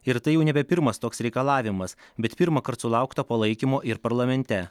ir tai jau nebe pirmas toks reikalavimas bet pirmąkart sulaukta palaikymo ir parlamente